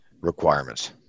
requirements